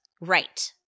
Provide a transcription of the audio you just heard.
Right